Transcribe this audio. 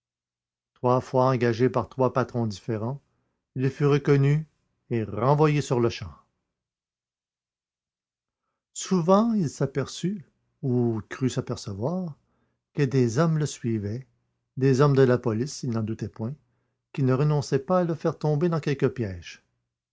trois fois engagé par trois patrons différents il fut reconnu et renvoyé sur-le-champ souvent il s'aperçut ou crut s'apercevoir que des hommes le suivaient des hommes de la police il n'en doutait point qui ne renonçaient pas à le faire tomber dans quelque piège